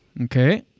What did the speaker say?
Okay